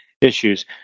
issues